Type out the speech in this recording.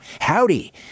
Howdy